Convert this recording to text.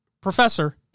professor